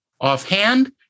offhand